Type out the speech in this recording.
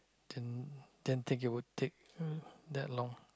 didn't didn't it would take that long